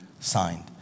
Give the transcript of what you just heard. Signed